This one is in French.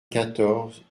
quatorze